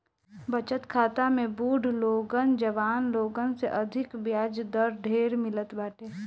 बचत खाता में बुढ़ लोगन जवान लोगन से अधिका बियाज दर ढेर मिलत बाटे